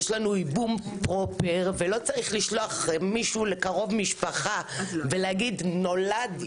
יש לנו ייבום פרופר ולא צריך לשלוח מישהו לקרוב משפחה ולהגיד נולד,